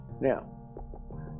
Now